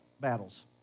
battles